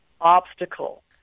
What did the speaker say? obstacle